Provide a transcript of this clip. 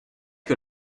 que